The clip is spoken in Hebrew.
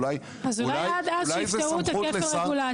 אולי בסמכות לשר --- אז אולי עד אז שיפתרו את כפל הרגולציה,